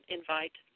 invite